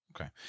Okay